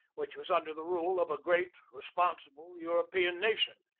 which was under the rule of a great, responsible european nation,